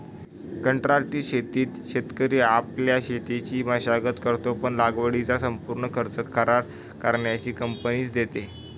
कंत्राटी शेतीत शेतकरी आपल्या शेतीची मशागत करतो, पण लागवडीचा संपूर्ण खर्च करार करणारी कंपनीच देते